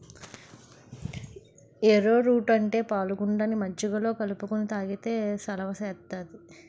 ఏరో route అంటే పాలగుండని మజ్జిగలో కలుపుకొని తాగితే సలవ సేత్తాది